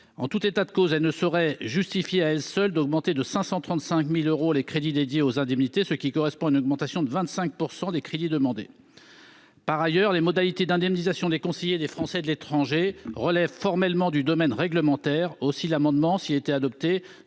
En tout état de cause, elle ne saurait justifier à elle seule d'augmenter de 535 000 euros les crédits dédiés aux indemnités, ce qui correspond à une augmentation de 25 % des crédits demandés. Par ailleurs, les modalités d'indemnisation des conseillers des Français de l'étranger relèvent formellement du domaine réglementaire. Aussi, l'amendement, s'il était adopté,